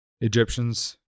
Egyptians